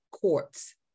courts